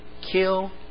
kill